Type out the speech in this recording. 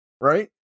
right